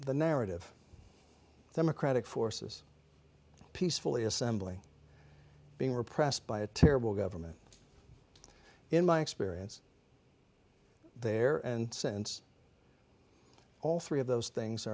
the narrative democratic forces peacefully assembling being repressed by a terrible government in my experience there and since all three of those things